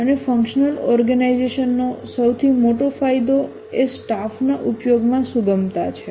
અને ફંક્શનલ ઓર્ગેનાઈઝેશનનો સૌથી મોટો ફાયદો એ સ્ટાફના ઉપયોગમાં સુગમતા છે